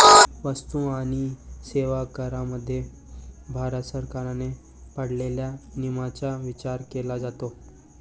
वस्तू आणि सेवा करामध्ये भारत सरकारने पाळलेल्या नियमांचा विचार केला जातो